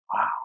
Wow